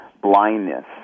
blindness